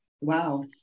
Wow